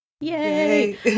Yay